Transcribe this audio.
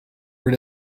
rid